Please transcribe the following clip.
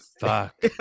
fuck